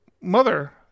mother